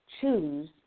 choose